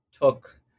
took